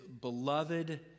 beloved